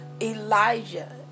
Elijah